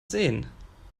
sehen